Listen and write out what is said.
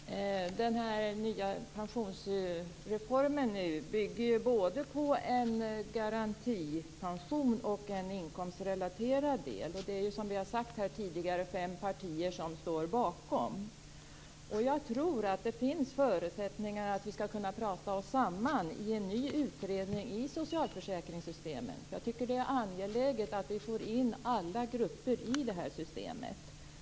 Fru talman! Den nya pensionsreformen bygger både på en garantipension och på en inkomstrelaterad del. Som vi har sagt här tidigare står fem partier bakom den. Jag tror att det finns förutsättningar för att vi skall kunna prata oss samman i en ny utredning om socialförsäkringssystemen. Det är angeläget att få in alla grupper i systemet.